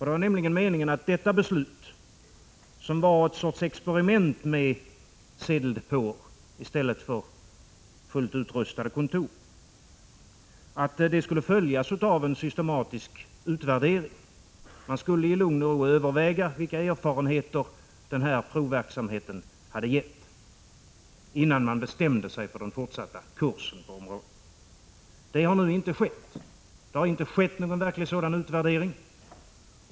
Det var nämligen meningen att detta beslut, som innebar en sorts experiment med sedeldepåer i stället för fullt utrustade kontor, skulle följas av en systematisk utvärdering. Man skulle i lugn och ro överväga vilka erfarenheter som provverksamheten hade gett innan man bestämde sig för den fortsatta kursen på området. Det har nu inte skett någon verklig utvärdering.